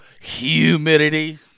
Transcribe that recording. humidity